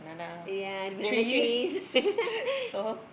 ya the banana trees